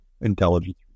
intelligence